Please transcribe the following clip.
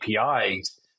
APIs